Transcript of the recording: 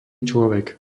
človek